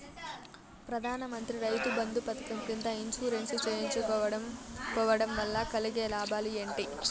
ప్రధాన మంత్రి రైతు బంధు పథకం కింద ఇన్సూరెన్సు చేయించుకోవడం కోవడం వల్ల కలిగే లాభాలు ఏంటి?